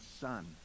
son